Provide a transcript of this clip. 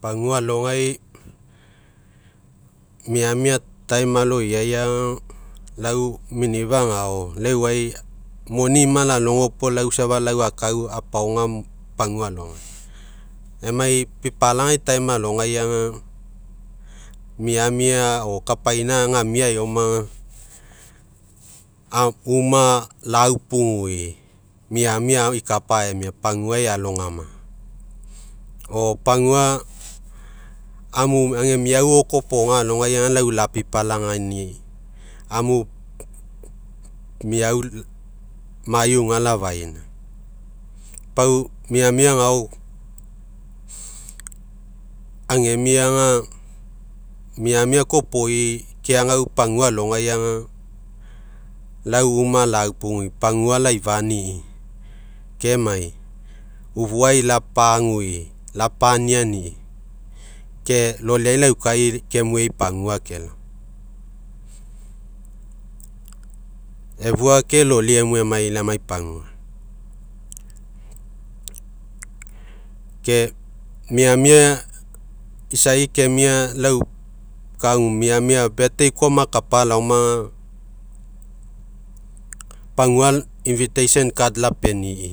Pagua aloagai miamia aloiaiga lau minifa'a agao, iau euai, moni ima lagolo puo, lau safa akau apaoga, pagua alogai. Emai pipalagai alogaiaga, miamia o kapaina gamra eomaga uma, laupugui, miamia ikapa emia, pagua ealogama, o pagua, amu aga miau okoa opoga alogai lau lapipalagai ni'i amu miau, mai iuga lafaina. Pau miamia agao, agemiaga, miamia koaopoi keagau pagua alogaiga, iau umu laupugui, pagua laifani'i, kemai ufuai lapagui lapaniani'i ke loliai laukai, ke mue ei pagua kelao. Efua ke loli emue emai, lai emai, lai emai pagua ke miamia isai kemia, lau kagu miamia koa maka iaoma ga, pagua lapeni'i